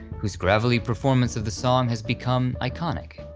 whose gravelly performance of the song has become iconic.